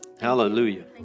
hallelujah